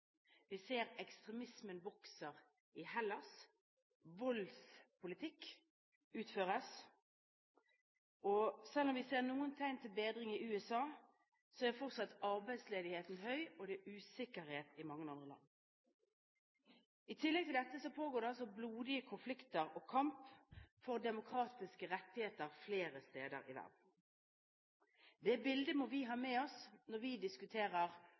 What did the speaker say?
Vi ser ekstremismen vokse i Hellas. Voldspolitikk utføres. Og selv om vi ser noen tegn til bedring i USA, er fortsatt arbeidsledigheten høy, og det er usikkerhet i mange andre land. I tillegg til dette pågår det altså blodige konflikter og kamp for demokratiske rettigheter flere steder i verden. Det bildet må vi ha med oss når vi diskuterer